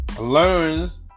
learns